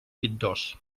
pintors